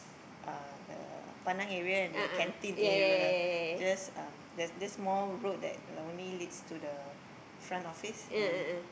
uh the Pandan area and the canteen area just um there's this small road that like only leads to the front office and